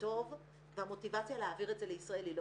טוב והמוטיבציה להעביר את זה לישראל היא לא